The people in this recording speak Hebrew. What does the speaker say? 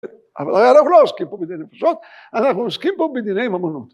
אבל אנחנו לא עוסקים פה בדיני פשוט, אנחנו עוסקים פה בדיני ממונות.